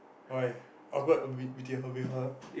why awkward with with her